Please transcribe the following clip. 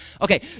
Okay